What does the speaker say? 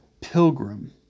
pilgrim